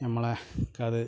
ഞമ്മളെ ക്കത്